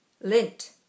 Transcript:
Lint